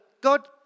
God